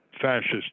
fascist